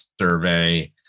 survey